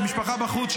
המשפחה בחוץ,